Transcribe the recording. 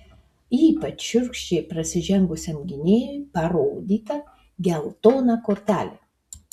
ypač šiurkščiai prasižengusiam gynėjui parodyta geltona kortelė